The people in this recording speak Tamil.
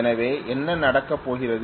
எனவே என்ன நடக்கப் போகிறது